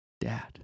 Dad